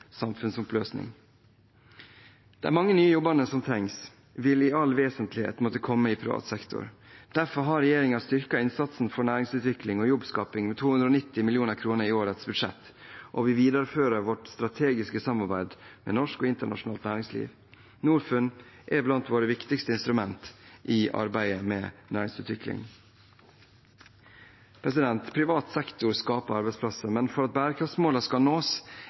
mange nye jobbene som trengs, vil i all vesentlighet måtte komme i privat sektor. Derfor har regjeringen styrket innsatsen for næringsutvikling og jobbskaping med 290 mill. kr i årets budsjett, og vi viderefører vårt strategiske samarbeid med norsk og internasjonalt næringsliv. Norfund er blant våre viktigste instrumenter i arbeidet med næringsutvikling. Privat sektor skaper arbeidsplasser, men for at bærekraftsmålene skal nås,